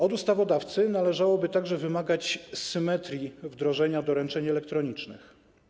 Od ustawodawcy należałoby także wymagać symetrii wdrożenia doręczeń elektronicznych.